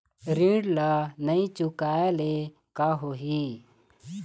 ऋण ला नई चुकाए ले का होही?